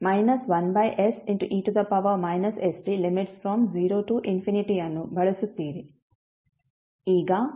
ಈಗ ಈ ಮೌಲ್ಯವು ಸೊನ್ನೆ ಪ್ಲಸ್ಗೆ 1 ಆಗಿದೆ